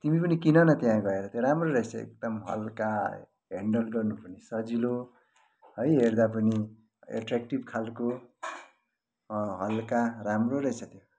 तिमी पनि किन न त्यहाँ गएर त्यहाँ राम्रो रहेछ एकदम हल्का ह्यान्डल गर्न पनि सजिलो है हेर्दा पनि एट्रयाक्टिभ खालको हल्का राम्रो रहेछ त्यो